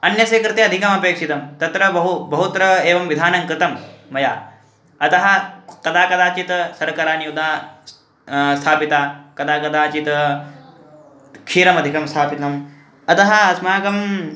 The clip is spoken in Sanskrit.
अन्यस्य कृते अधिकम् अपेक्षितं तत्र बहु बहुत्र एवं विधानं कृतं मया अतः कदा कदाचित् शर्काराः उदाहरणं स्थापिता कदा कदाचित् क्षीरमधिकं स्थापितम् अतः अस्माकम्